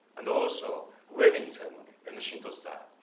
and also wedding ceremony in a shinto style,